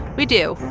we do.